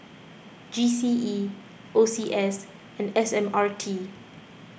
G C E O C S and S M R T